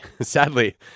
sadly